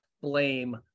blame